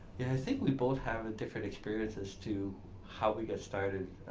yeah, i think we both have a different experiences to how we got started.